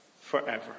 forever